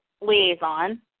liaison